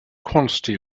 quantity